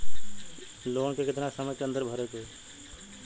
Loan के कितना समय के अंदर भरे के होई?